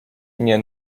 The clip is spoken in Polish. nie